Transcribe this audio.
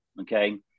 okay